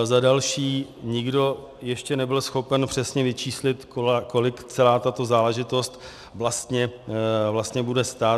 Za další, nikdo ještě nebyl schopen přesně vyčíslit, kolik celá tato záležitost vlastně bude stát.